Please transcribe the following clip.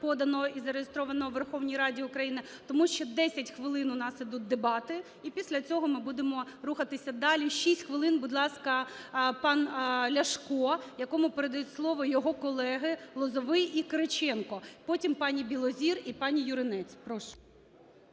поданою і зареєстрованою у Верховній Раді України. Тому ще 10 хвилин у нас ідуть дебати, і після цього ми будемо рухатись далі. 6 хвилин, будь ласка, пан Ляшко, якому передають слово його колеги Лозовий і Кириченко. Потім – пані Білозір і пані Юринець. Прошу.